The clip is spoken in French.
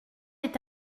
est